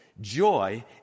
Joy